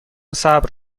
صبر